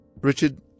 Richard